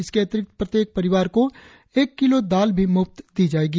इसके अतिरिक्त प्रत्येक परिवार को एक किलो दाल भी मुफ्त दी जाएगी